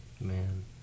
man